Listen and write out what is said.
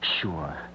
Sure